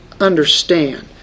understand